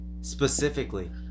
specifically